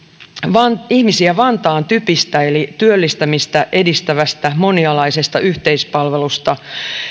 ihmisiä vantaan typistä eli työllistymistä edistävästä monialaisesta yhteispalvelusta